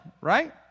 right